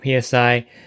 PSI